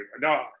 No